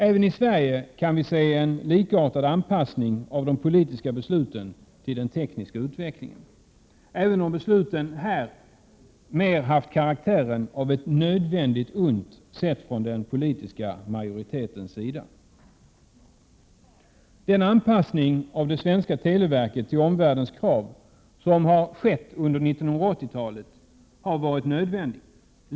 Också i Sverige kan vi se en likartad anpassning av de politiska besluten till den tekniska utvecklingen, även om besluten här mer haft karaktären av ett nödvändigt ont, sett från den politiska majoritetens sida. Den anpassning av det svenska televerket till omvärldens krav som skett under 1980-talet har varit nödvändig.